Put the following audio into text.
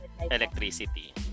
electricity